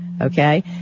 okay